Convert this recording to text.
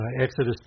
Exodus